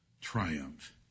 Triumph